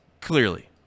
Clearly